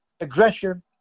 aggression